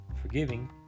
forgiving